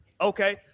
Okay